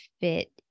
fit